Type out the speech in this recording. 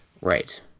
Right